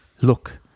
Look